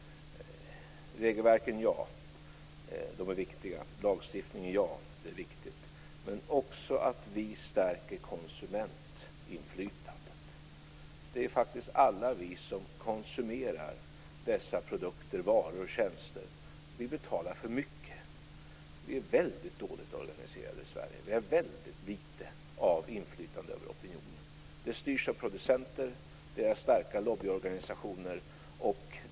Regelverket och lagstiftningen är viktiga. Men det är också viktigt att vi stärker konsumentinflytandet. Alla vi som konsumerar alla dessa varor, produkter och tjänster betalar för mycket. Konsumenterna är väldigt dåligt organiserade i Sverige. Vårt inflytande över opinionen är väldigt litet. Det hela styrs av producenter och starka lobbyorganisationer.